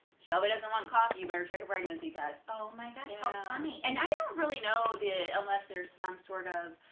shelby doesn't want coffee you better check a pregnancy test. oh my god how funny! and i don't really know that unless there's some sort of